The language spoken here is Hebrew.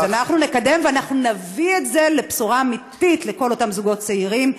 אז אנחנו נקדם ונביא את זה לבשורה אמיתית לכל אותם זוגות צעירים,